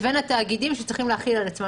לבין התאגידים שצריכים להחיל על עצמם.